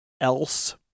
else